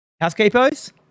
housekeepers